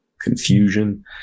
confusion